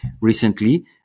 recently